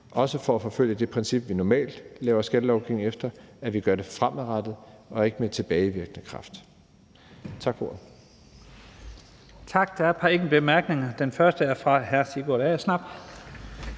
også for at forfølge det princip, som vi normalt laver skattelovgivning efter, nemlig at vi gør det fremadrettet og ikke med tilbagevirkende kraft. Tak for ordet.